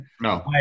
no